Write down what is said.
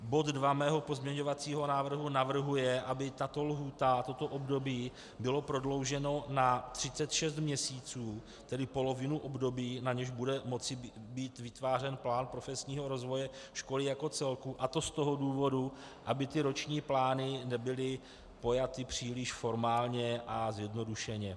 Bod 2 mého pozměňovacího návrhu navrhuje, aby tato lhůta, toto období bylo prodlouženo na 36 měsíců, tedy polovinu období, na něž bude moci být vytvářen plán profesního rozvoje školy jako celku, a to z toho důvodů, aby ty roční plány nebyly pojaty příliš formálně a zjednodušeně.